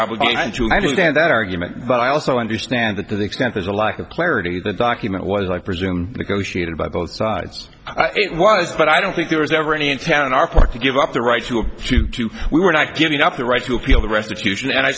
obligation to understand that argument but i also understand that to the extent there's a lack of clarity the document was like resume negotiated by both sides it was but i don't think there was ever any intent on our part to give up the right to a we were not giving up the right to appeal the restitution and i